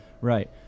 Right